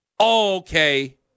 Okay